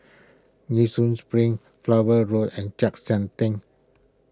Nee Soon Spring Flower Road and Chek Sian Tng